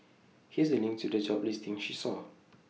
here's A link to the job listing she saw